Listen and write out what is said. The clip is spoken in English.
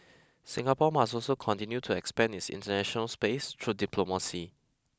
Singapore must also continue to expand its international space through diplomacy